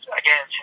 again